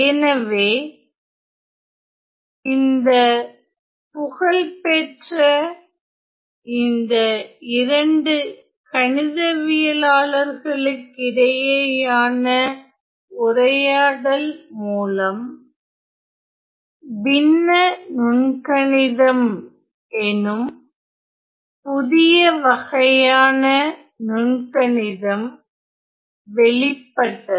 எனவே இந்த புகழ் பெற்ற இந்த இரண்டு கணிதவியலாளர்களுக்கிடையேயான உரையாடல் மூலம் பின்ன நுண்கணிதம் எனும் புதிய வகையான நுண்கணிதம் வெளிப்பட்டது